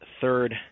third